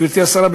גברתי השרה,